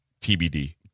TBD